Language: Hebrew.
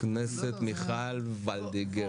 הכנסת מיכל וולדיגר,